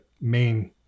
main